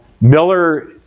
Miller